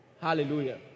hallelujah